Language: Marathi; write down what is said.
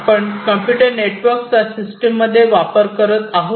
आपण कम्प्युटर नेटवर्कचा सिस्टीम मध्ये वापर करत आहोत